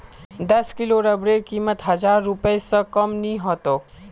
दस किलो रबरेर कीमत हजार रूपए स कम नी ह तोक